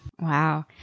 Wow